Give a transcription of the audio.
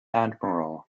admiral